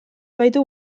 baitu